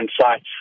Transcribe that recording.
sites